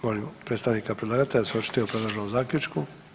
Molim predstavnika predlagatelja da se očituje o predloženom zaključku.